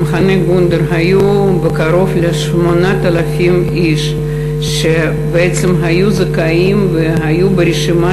במחנה גונדר היו קרוב ל-8,000 איש שבעצם היו זכאים והיו ברשימה